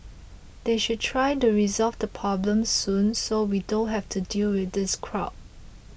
they should try to resolve the problem soon so we don't have to deal with these crowd